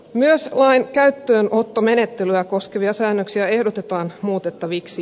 myös lain käyttöönottomenettelyä koskevia säännöksiä ehdotetaan muutettaviksi